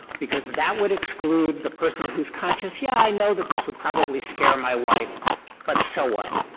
because that would exclude the person who's conscious, yes i know that this would probably scare my wife but so what?